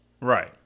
Right